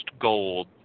gold